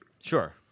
Sure